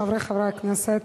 חברי חברי הכנסת,